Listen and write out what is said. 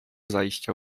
zajścia